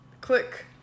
click